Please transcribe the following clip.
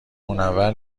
منور